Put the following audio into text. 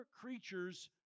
creatures